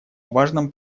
важном